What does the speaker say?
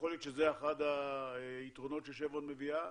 ויכול להיות שזה אחד היתרונות ששברון מביאה.